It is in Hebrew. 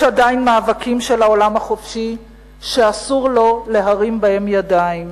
יש עדיין מאבקים של העולם החופשי שאסור לו להרים בהם ידיים,